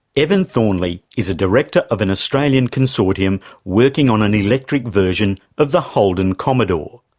evan thornley is a director of an australian consortium working on an electric version of the holden commodore.